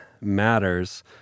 matters